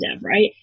right